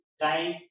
time